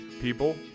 People